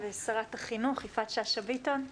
שרת החינוך יפעת שאשא-ביטון.